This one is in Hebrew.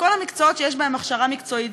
לכל המקצועות שיש בהם הכשרה מקצועית.